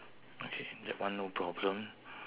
correct